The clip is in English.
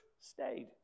stayed